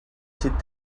sit